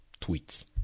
tweets